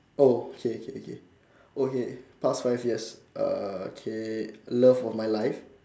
oh K K K okay past five years uh K love of my life